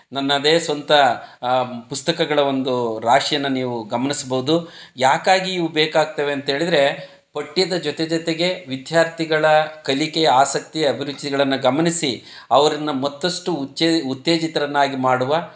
ನನ್ನದೇ ಸ್ವಂತ ಪುಸ್ತಕಗಳ ಒಂದೂ ರಾಶಿಯನ್ನು ನೀವು ಗಮನಿಸ್ಬೌದು ಯಾಕಾಗಿ ಇವು ಬೇಕಾಗ್ತವೆ ಅಂತೇಳಿದರೆ ಪಠ್ಯದ ಜೊತೆ ಜೊತೆಗೆ ವಿದ್ಯಾರ್ಥಿಗಳ ಕಲಿಕೆ ಆಸಕ್ತಿ ಅಭಿರುಚಿಗಳನ್ನು ಗಮನಿಸಿ ಅವರನ್ನ ಮತ್ತಷ್ಟು ಉಚ್ಚೇ ಉತ್ತೇಜಿತರನ್ನಾಗಿ ಮಾಡುವ